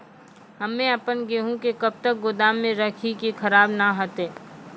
हम्मे आपन गेहूँ के कब तक गोदाम मे राखी कि खराब न हते?